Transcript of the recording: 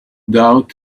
doubt